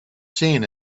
seen